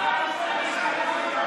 כל המושחתים,